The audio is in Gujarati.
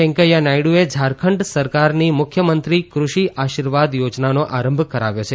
વેંકૈયા નાયડ઼એ ઝારખંડ સરકારની મુખ્યમંત્રી ક્રષિ આશીર્વાદ યોજનાનો આરંભ કરાવ્યો છે